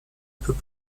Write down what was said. peut